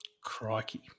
crikey